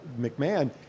McMahon